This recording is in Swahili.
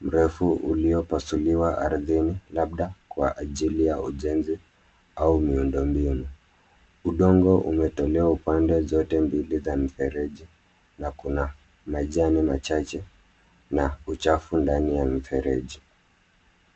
mrefu uliopasuliwa ardhini labda kwa ajili ya ujenzi au miundo mbinu. Udongo umetolewa upande zote mbili za mfereji na kuna majani machache na uchafu ndani ya mfereji.